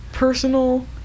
personal